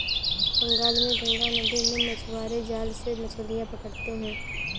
बंगाल में गंगा नदी में मछुआरे जाल से मछलियां पकड़ते हैं